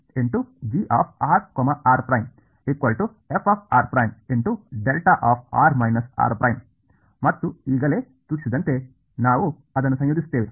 ಮತ್ತು ಈಗಲೇ ಸೂಚಿಸಿದಂತೆ ನಾನು ಅದನ್ನು ಸಂಯೋಜಿಸುತ್ತೇನೆ